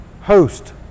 host